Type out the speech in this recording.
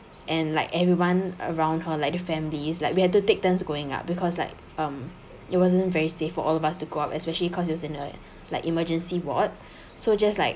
and like everyone around her like the families like we had to take turns going up because like um it wasn't very safe for all of us to go up especially because it was like emergency ward so just like